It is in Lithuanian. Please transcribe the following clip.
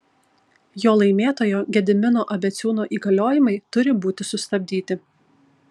jo laimėtojo gedimino abeciūno įgaliojimai turi būti sustabdyti